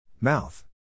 mouth